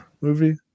movie